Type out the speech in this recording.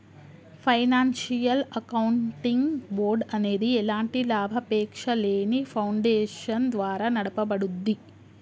financial accounting board అనేది ఎలాంటి లాభాపేక్షలేని ఫౌండేషన్ ద్వారా నడపబడుద్ది